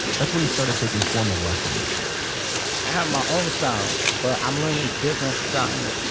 that's when he started taking formal lessons i have my own style but i'm learning different styles.